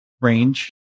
range